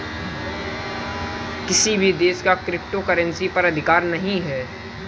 किसी भी देश का क्रिप्टो करेंसी पर अधिकार नहीं है